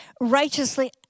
righteously